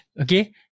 Okay